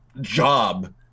job